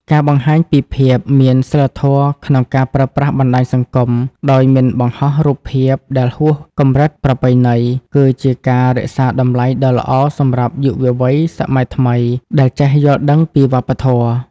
ការបង្ហាញពីភាព "មានសីលធម៌ក្នុងការប្រើប្រាស់បណ្ដាញសង្គម" ដោយមិនបង្ហោះរូបភាពដែលហួសកម្រិតប្រពៃណី គឺជាការរក្សាតម្លៃដ៏ល្អសម្រាប់យុវវ័យសម័យថ្មីដែលចេះយល់ដឹងពីវប្បធម៌។